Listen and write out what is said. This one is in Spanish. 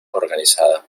organizada